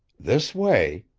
this way,